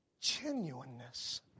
genuineness